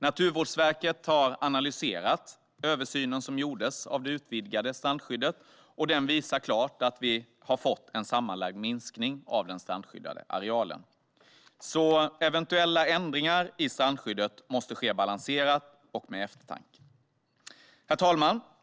Naturvårdsverket har analyserat översynen som gjordes av det utvidgade strandskyddet. Den visar klart att vi har fått en sammanlagd minskning av den strandskyddade arealen. Eventuella ändringar i strandskyddet måste alltså ske balanserat och med eftertanke. Herr talman!